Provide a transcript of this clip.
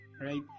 right